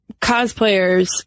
cosplayers